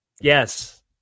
Yes